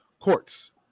courts